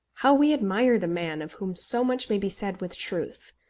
how we admire the man of whom so much may be said with truth!